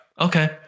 Okay